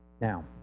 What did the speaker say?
Now